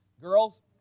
Girls